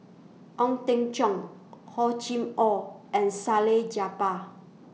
Ong Teng Cheong Hor Chim Or and Salleh Japar